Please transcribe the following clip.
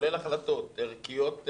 כולל החלטות ערכיות,